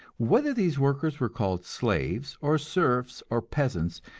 whether these workers were called slaves or serfs or peasants,